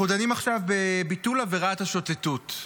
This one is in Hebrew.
אנחנו דנים עכשיו בביטול עבירת השוטטות.